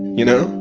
you know?